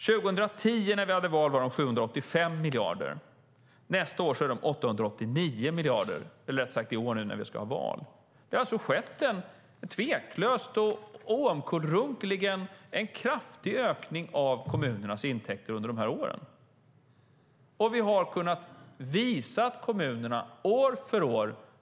År 2010, när vi hade val, var de 785 miljarder. I år, när vi ska ha val, är de 889 miljarder. Det har skett en tveklöst och oomkullrunkeligt kraftig ökning av kommunernas intäkter under de här åren.